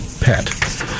pet